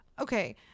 Okay